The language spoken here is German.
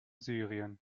syrien